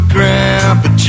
Grandpa